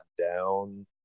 down